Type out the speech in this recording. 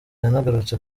yanagarutse